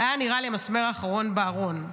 נראה לי המסמר האחרון בארון.